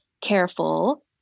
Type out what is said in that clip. careful